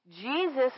Jesus